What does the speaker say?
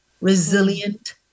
Resilient